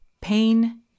Pain